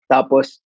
Tapos